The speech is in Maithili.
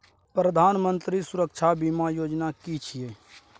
प्रधानमंत्री सुरक्षा बीमा योजना कि छिए?